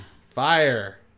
Fire